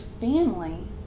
family